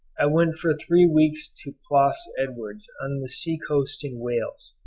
i went for three weeks to plas edwards on the sea-coast in wales,